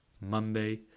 Monday